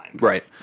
right